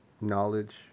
knowledge